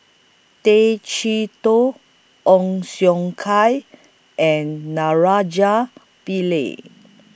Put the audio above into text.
Tay Chee Toh Ong Siong Kai and Pillai